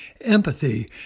Empathy